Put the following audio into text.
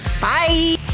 Bye